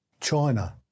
China